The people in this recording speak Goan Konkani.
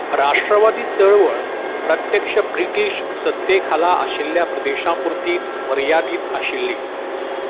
राष्ट्रवादी चळवळ प्रत्यक्ष ब्रिटीश सत्ते खाला आशिल्ल्या प्रदेशां पुर्तीच मर्यादीत आशिल्ली